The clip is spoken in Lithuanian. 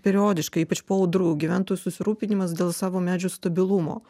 periodiškai ypač po audrų gyventojų susirūpinimas dėl savo medžių stabilumo